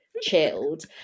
chilled